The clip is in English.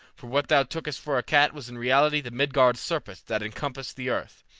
for what thou tookest for a cat was in reality the midgard serpent that encompasseth the earth,